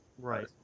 Right